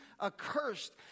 accursed